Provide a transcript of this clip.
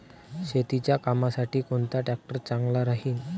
शेतीच्या कामासाठी कोनचा ट्रॅक्टर चांगला राहीन?